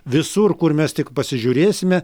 visur kur mes tik pasižiūrėsime